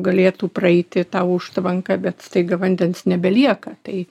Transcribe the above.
galėtų praeiti tą užtvanką bet staiga vandens nebelieka tai